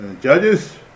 Judges